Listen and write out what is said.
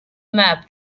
map